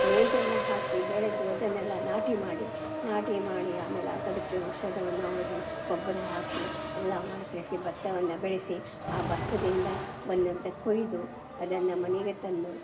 ನೇಜನ್ನು ಹಾಕಿ ಬೆಳೆದು ಅದನ್ನೆಲ್ಲ ನಾಟಿ ಮಾಡಿ ನಾಟಿ ಮಾಡಿ ಆಮೇಲೆ ಆಗ ಅದಕ್ಕೆ ಔಷಧವನ್ನು ಹೊಡ್ದು ಗೊಬ್ಬರ ಹಾಕಿ ಎಲ್ಲ ಮಾಡಿ ಕೃಷಿ ಭತ್ತವನ್ನು ಬೆಳೆಸಿ ಆ ಭತ್ತದಿಂದ ಬಂದ ನಂತರ ಕೊಯ್ದು ಅದನ್ನು ಮನೆಗೆ ತಂದು